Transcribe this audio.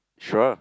sure